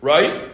Right